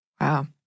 Wow